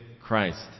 Christ